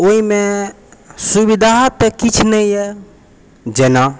ओहिमे सुविधा तऽ किछु नहि अइ जेना